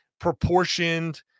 proportioned